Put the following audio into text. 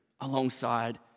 alongside